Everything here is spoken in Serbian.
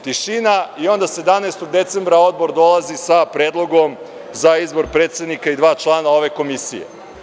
Tišina i onda 17. decembra Odbor dolazi sa predlogom za izbor predsednika i dva člana ove komisije.